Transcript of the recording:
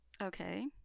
Okay